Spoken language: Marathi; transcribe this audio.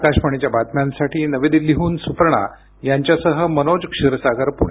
आकाशवाणीच्या बातम्यांसाठी नवी दिल्लीहून सुपर्णा यांच्यासह मनोज क्षीरसागर पुणे